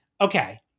okay